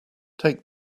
take